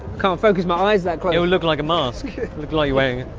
can't focus my eyes that quite you look like a mask the glow you're wearing